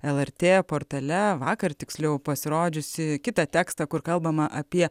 lrt portale vakar tiksliau pasirodžiusį kitą tekstą kur kalbama apie